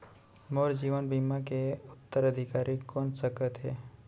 मोर जीवन बीमा के उत्तराधिकारी कोन सकत हे?